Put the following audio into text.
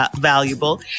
valuable